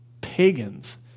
pagans